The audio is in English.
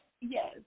Yes